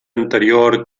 anterior